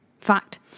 fact